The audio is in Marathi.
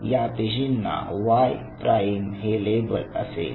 या पेशींना Y प्राईम हे लेबल असेल